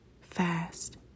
fast